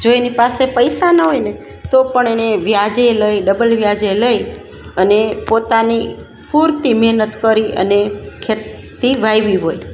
જો એની પાસે પૈસા ન હોય ને તો પણ એને વ્યાજે લઈ ડબલ વ્યાજે લઈ અને પોતાની પૂરતી મહેનત કરી અને ખેતી વાવી હોય